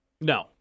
No